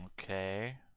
Okay